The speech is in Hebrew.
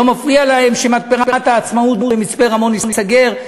לא מפריע להם שמתפרת "העצמאות" במצפה-רמון תיסגר,